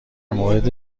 مورد